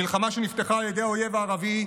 מלחמה שנפתחה על ידי האויב הערבי,